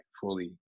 fully